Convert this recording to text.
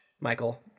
Michael